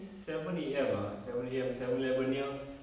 seven A_M ah seven A_M seven eleven near